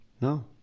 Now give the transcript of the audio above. no